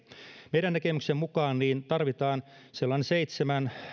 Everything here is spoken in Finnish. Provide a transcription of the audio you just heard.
meidän näkemyksemme mukaan tarvitaan sellainen seitsemän